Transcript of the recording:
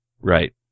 Right